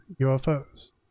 UFOs